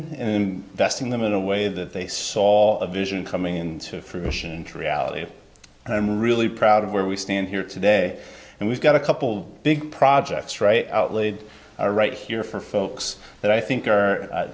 in besting them in a way that they saw a vision coming into fruition and reality and i'm really proud of where we stand here today and we've got a couple big projects right outlaid are right here for folks that i think